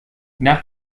nach